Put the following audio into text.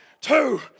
two